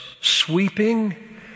sweeping